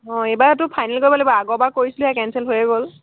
অঁ এইবাৰ এইটো ফাইনেল কৰিব লাগিব আগৰবাৰ কৰিছিলোৱেই কেনচেল হৈয়ে গ'ল